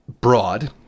broad